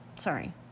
sorry